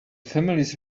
families